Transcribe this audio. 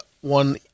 one –